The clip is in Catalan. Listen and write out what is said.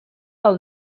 del